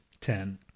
Ten